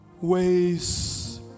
ways